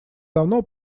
давно